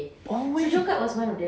oh wait